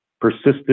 persistent